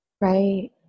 Right